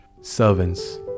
servants